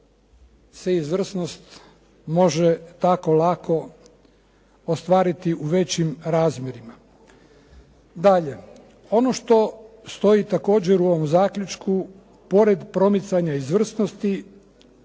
se izvrsnost može tako lako ostvariti u većim razmjerima. Dalje. Ono što stoji također u ovom zaključku pored promicanja izvrsnosti